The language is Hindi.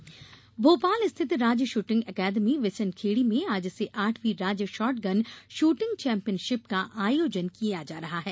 शुटिंग चैम्पियनशिप भोपाल स्थित राज्य श्रृटिंग अकादमी बिशनखेड़ी में आज से आठवीं राज्य शॅाटगन श्रृटिंग चैम्पियनशिप का आयोजन किया जा रहा है